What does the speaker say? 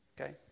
Okay